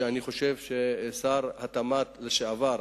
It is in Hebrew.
ואני חושב ששר התמ"ת לשעבר,